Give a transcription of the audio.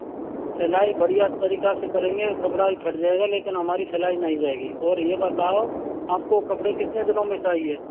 सिलाई बढ़िया तरीका से करेंगे कपड़ा भी फट जाएगा लेकिन हमारी सिलाई नहीं जाएगी और ये बताओ आपको कपड़े कितने दिनों में चाहिए